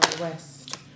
West